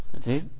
see